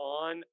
on